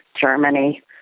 Germany